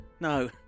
No